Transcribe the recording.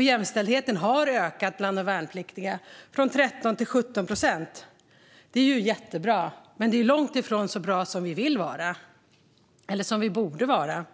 Jämställdheten har också ökat bland de värnpliktiga, från 13 till 17 procent. Det är jättebra. Men det är långt ifrån så bra som vi vill att det ska vara eller som det borde vara.